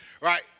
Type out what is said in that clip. Right